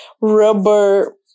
rubber